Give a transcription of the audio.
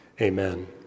amen